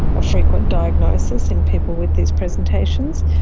a frequent diagnosis in people with these presentations.